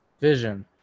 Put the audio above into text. Vision